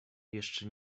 jeszcze